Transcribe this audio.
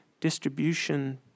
distribution